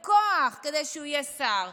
בכוח, כדי שהוא יהיה שר.